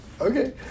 okay